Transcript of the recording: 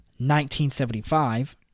1975